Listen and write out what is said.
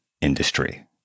industry